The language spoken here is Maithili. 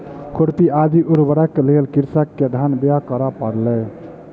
खुरपी आदि उपकरणक लेल कृषक के धन व्यय करअ पड़लै